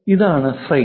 ഇതാണ് ഫ്രെയിം